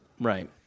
Right